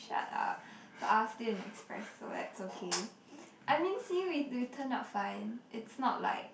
shut up but I was still in express so that's okay I mean see we we turned not fine it's not like